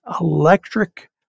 electric